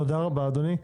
תודה רבה, אדוני.